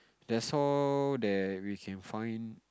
that's all that we can find